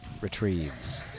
retrieves